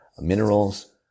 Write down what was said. minerals